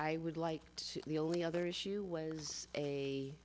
i would like to the only other issue was a